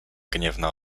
gniewna